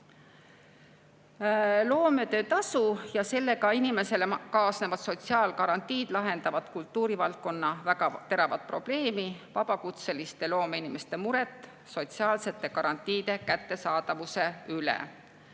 Loometöötasu ja sellega kaasnevad sotsiaalgarantiid lahendavad kultuurivaldkonnas väga teravat probleemi: vabakutseliste loomeinimeste muret sotsiaalsete garantiide kättesaadavuse